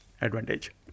advantage